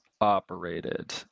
operated